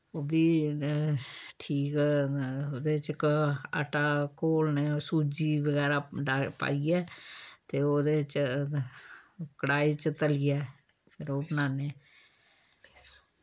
ओह् बी ठीक उ'दे च आटा घोलने सूजी बगैरा पाइयै ते ओह्दे च कड़ाई च तलियै ते ओह् बनाने